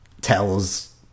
tells